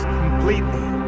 completely